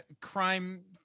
crime